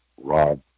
Rob